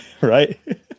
Right